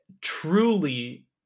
truly